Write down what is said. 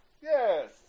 Yes